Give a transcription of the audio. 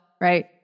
right